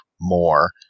more